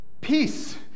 Peace